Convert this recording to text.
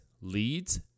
leads